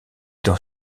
dans